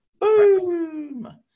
Boom